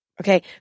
okay